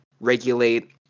regulate